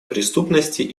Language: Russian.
преступности